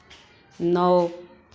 नौ